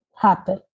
happen